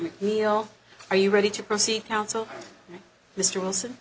mcneil are you ready to proceed counsel mr wilson